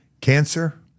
Cancer